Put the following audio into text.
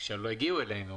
-- שהן לא הגיעו אלינו.